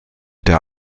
der